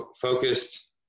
focused